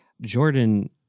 jordan